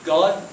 God